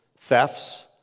thefts